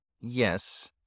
yes